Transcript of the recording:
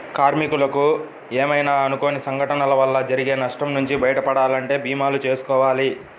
కార్మికులకు ఏమైనా అనుకోని సంఘటనల వల్ల జరిగే నష్టం నుంచి బయటపడాలంటే భీమాలు చేసుకోవాలి